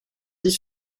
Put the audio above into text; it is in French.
dix